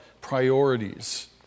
priorities